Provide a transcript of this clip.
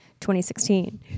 2016